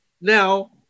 Now